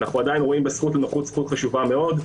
אנחנו עדיין רואים בזכות הנוכחות זכות חשובה מאוד.